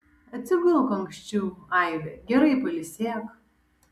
atsigulk anksčiau aive gerai pailsėk